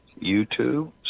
YouTube